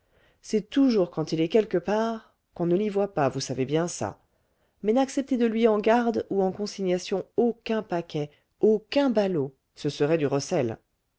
c'est toujours quand il est quelque part qu'on ne l'y voit pas vous savez bien ça mais n'acceptez de lui en garde ou en consignation aucun paquet aucun ballot ce serait du